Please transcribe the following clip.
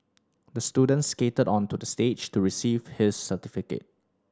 the student skated onto the stage to receive his certificate